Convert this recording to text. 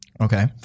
Okay